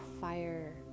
fire